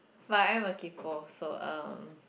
but I am a kaypo so um